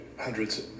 hundreds